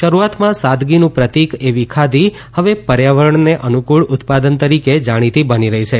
શરૂઆતમાં સાદગીનું પ્રતિક એવી ખાદી હવે પર્યાવરણને અનુકૂળ ઉત્પાદન તરીકે જાણીતી બની રહી છે